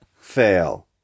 Fail